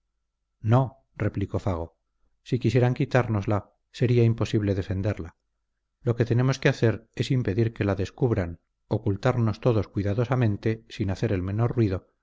no replicó fago si quisieran quitárnosla sería imposible defenderla lo que tenemos que hacer es impedir que la descubran ocultarnos todos cuidadosamente sin hacer el menor ruido